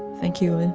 thank you lynne.